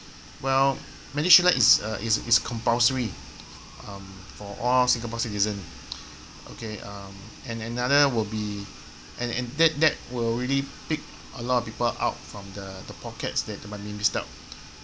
well medishield life is uh is is compulsory um for all Singapore citizen okay um and another will be and and that that will really pick a lot of people out from the the pockets that the might be missed out